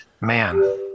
man